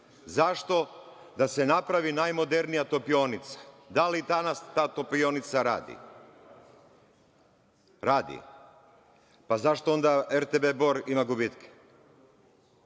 Zašto? Da se napravi najmodernija topionica. Da li danas ta topionica radi? Radi? Pa, zašto onda RTB Bor ima onda gubitke?